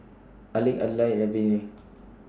Alec Adlai and Viney